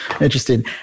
interesting